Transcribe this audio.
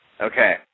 Okay